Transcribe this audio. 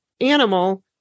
animal